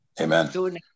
Amen